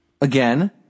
Again